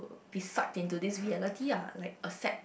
it sucks into this reality ah like affect